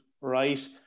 right